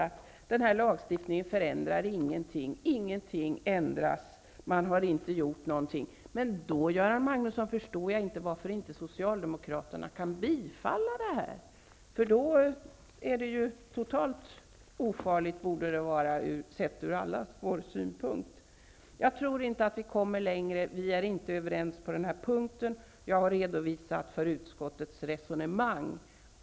Han sade ju att lagstiftningen inte innebär några förändringar, att man därmed inte har åstadkommit någonting. Men i så fall förstår jag inte, Göran Magnusson, varför socialdemokraterna inte kan bifalla förslaget. Det borde ju vara totalt ofarligt från allas synpunkt. Jag tror, som sagt, inte att vi kommer längre i den här debatten. Vi är alltså inte överens på denna punkt. Jag har redovisat utskottets resonemang.